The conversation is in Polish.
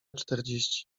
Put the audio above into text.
czterdzieści